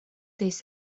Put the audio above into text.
this